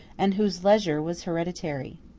and whose leisure was hereditary.